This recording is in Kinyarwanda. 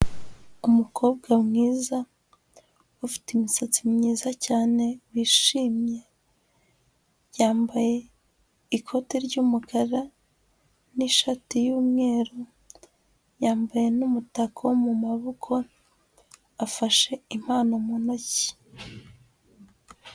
Umukobwa mwiza ufite imisatsi myiza cyane wishimye, yambaye ikoti ry'umukara, n'ishati y'umweru, yambaye n'umutako mu maboko, afashe impano mu ntoki.